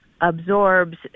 absorbs